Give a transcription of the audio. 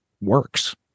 works